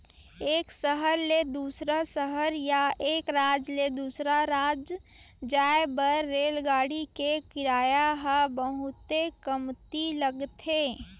एक सहर ले दूसर सहर या एक राज ले दूसर राज जाए बर रेलगाड़ी के किराया ह बहुते कमती लगथे